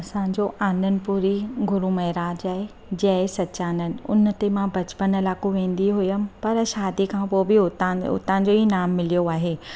असांजो आनंतपुरी गुरु महाराज आहे जय सचानंद उन ते मां बचपन लाको वेंदी हुअमि पर शादी खां पोइ बि उतां उतां जो ई नाम मिलियो आहे